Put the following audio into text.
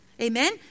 Amen